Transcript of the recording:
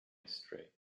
strait